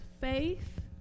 faith